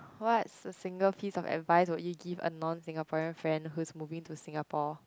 what's the single key and advice would you give a non Singaporean friend who's moving to Singapore